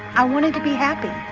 i wanted to be happy.